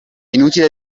inutile